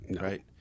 Right